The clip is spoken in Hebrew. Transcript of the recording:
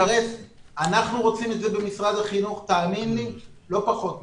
אנחנו במשרד החינוך רוצים את זה לא פחות מכם.